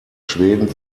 schweden